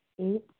Eight